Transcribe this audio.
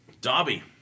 Dobby